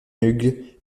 hugues